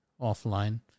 offline